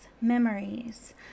Memories